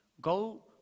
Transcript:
Go